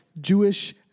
Jewish